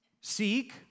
Seek